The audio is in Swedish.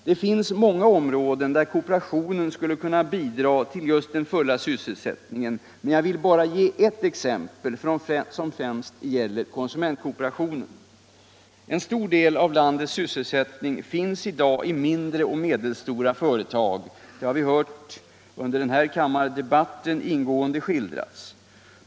Det finns många områden där kooperationen skulle kunna bidra till den fulla sysselsättningen, men jag vill bara ge ett exempel som främst gäller konsumentkooperationen. En stor del av landets sysselsättning finns i dag i mindre och medelstora företag — det har vi ingående hört skildras i den här kammardebatten.